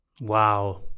Wow